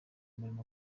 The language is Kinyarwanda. umurimo